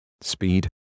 speed